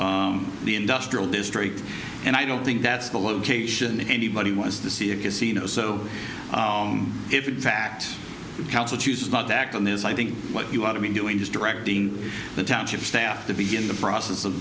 of the industrial district and i don't think that's the location anybody wants to see a casino so if in fact the council chooses not to act on this i think what you ought to be doing is directing the township staff to begin the process of